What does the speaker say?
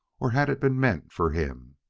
or had it been meant for him?